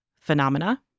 Phenomena